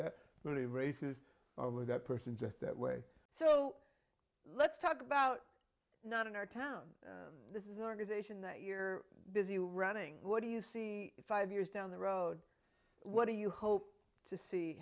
really racist or were that person just that way so let's talk about not in our town this is an organization that you're busy running what do you see five years down the road what do you hope to see